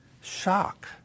Shock